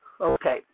Okay